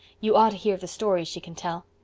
you ought to hear the stories she can tell.